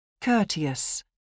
Courteous